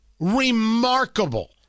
remarkable